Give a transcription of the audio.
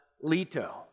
Leto